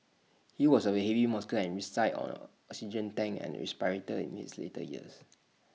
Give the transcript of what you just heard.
he was A very heavy smoker and reside on an oxygen tank and respirator in his later years